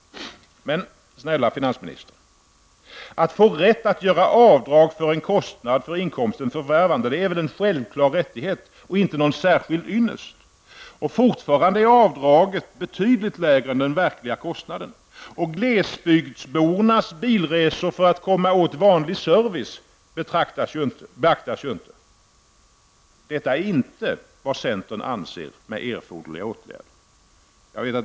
Men, snälla finansministern, att få rätt att göra avdrag för en kostnad för inkomstens förvärvande är väl en självklar rätt och inte någon särskild ynnest? Och fortfarande är avdraget betydligt lägre än den verkliga kostnaden. Och glesbygdsbornas bilresor för att komma åt vanlig service beaktas ju inte. Detta är inte vad centern anser med ''erforderliga åtgärder''.